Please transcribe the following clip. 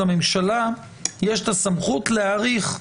לממשלה יש הסמכות להאריך.